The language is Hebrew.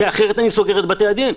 כי אחרת אני סוגר את בתי הדין.